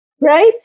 right